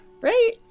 Right